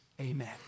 Amen